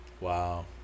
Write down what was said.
wow